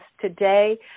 today